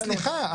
סליחה,